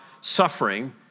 suffering